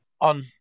on